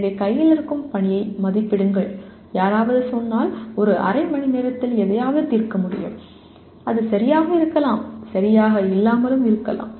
எனவே கையில் இருக்கும் பணியை மதிப்பிடுங்கள் யாராவது சொன்னால் ஒரு அரை மணி நேரத்தில் எதையாவது தீர்க்க முடியும் அது சரியாக இருக்கலாம் சரியாக இல்லாமலும் இருக்கலாம்